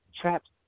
trapped